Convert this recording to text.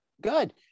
Good